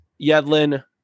Yedlin